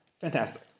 Fantastic